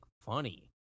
funny